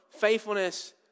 faithfulness